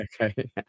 okay